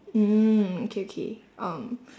mm okay okay um